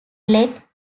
let